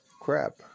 crap